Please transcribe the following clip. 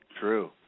True